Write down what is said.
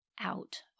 out